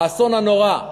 האסון הנורא,